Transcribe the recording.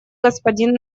господин